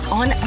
on